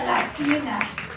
Latinas